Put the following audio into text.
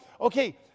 Okay